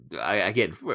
again